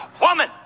woman